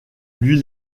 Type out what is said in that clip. lui